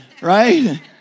Right